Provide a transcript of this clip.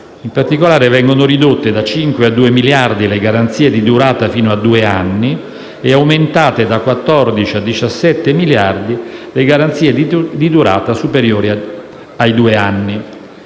In particolare, vengono ridotte da 5 a 2 miliardi di euro le garanzie di durata fino a due anni e aumentate da 14 a 17 miliardi di euro le garanzie di durata superiori ai due anni.